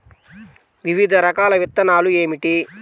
వివిధ రకాల విత్తనాలు ఏమిటి?